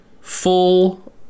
full